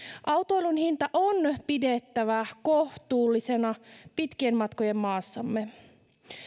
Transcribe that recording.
autoilun hinta on pidettävä kohtuullisena pitkien matkojen maassamme